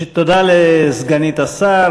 תודה לסגנית השר.